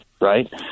right